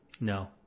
No